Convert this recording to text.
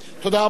תודה רבה.